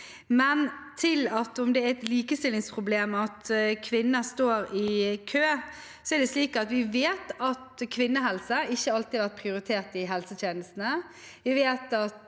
til om det er et likestillingsproblem at kvinner står i kø, vet vi at kvinnehelse ikke alltid har vært prioritert i helsetjenestene.